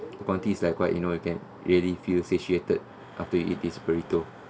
the quality is like quite you know you can really feel satiated after you eat this burrito